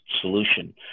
solution